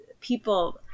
People